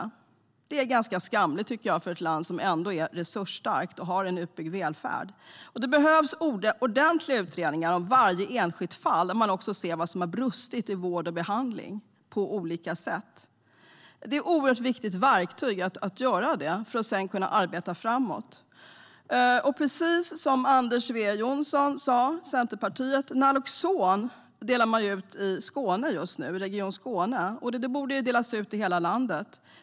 Det tycker jag är ganska skamligt för ett land som ändå är resursstarkt och har en utbyggd välfärd. Det behövs ordentliga utredningar om varje enskilt fall, där man också ser vad som har brustit i vård och behandling på olika sätt. Det är ett oerhört viktigt verktyg att göra det för att sedan kunna arbeta framåt. Som Anders W Jonsson från Centerpartiet sa delar man ut Naloxon i Region Skåne just nu. Det borde delas ut i hela landet.